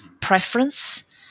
preference